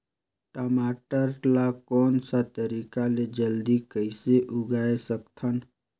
टमाटर ला कोन सा तरीका ले जल्दी कइसे उगाय सकथन?